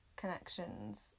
connections